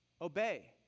obey